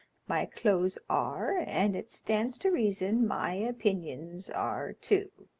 my clothes are, and it stands to reason my opinions are, too.